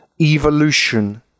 evolution